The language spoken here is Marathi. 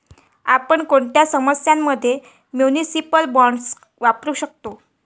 आपण कोणत्या समस्यां मध्ये म्युनिसिपल बॉण्ड्स वापरू शकतो?